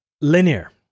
linear